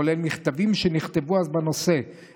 כולל מכתבים שנכתבו בשנת 1956 בנושא,